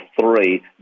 three